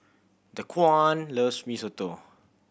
Daquan loves Mee Soto